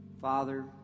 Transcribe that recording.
Father